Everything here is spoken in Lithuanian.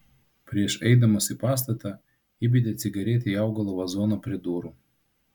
prieš įeidamas į pastatą įbedė cigaretę į augalo vazoną prie durų